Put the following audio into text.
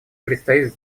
предстоит